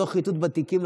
לא חיטוט בתיקים,